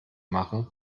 machen